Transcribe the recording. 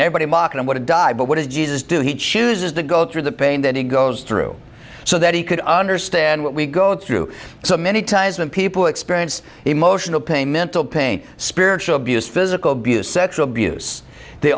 nobody mocking what a die but what did jesus do he chooses to go through the pain that he goes through so that he could understand what we go through so many times when people experience emotional pain mental pain spiritual abuse physical abuse sexual abuse they